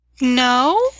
No